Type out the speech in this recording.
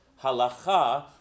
Halacha